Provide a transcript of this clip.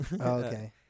Okay